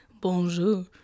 bonjour